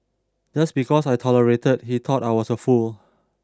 just because I tolerated he thought I was a fool